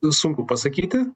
sunku pasakyti